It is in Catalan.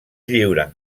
lliuren